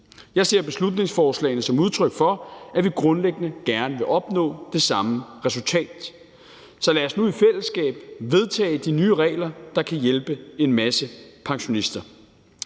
Jeg ser beslutningsforslagene som udtryk for, at vi grundlæggende gerne vil opnå det samme resultat. Så lad os nu i fællesskab vedtage de nye regler, der kan hjælpe en masse pensionister.